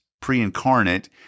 pre-incarnate